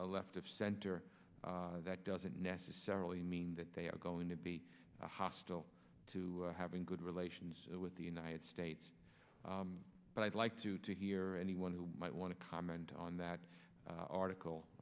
a left of center that doesn't necessarily mean that they are going to be hostile to having good relations with the united states but i'd like to to hear anyone who might want to comment on that article